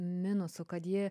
minusų kad ji